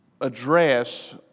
address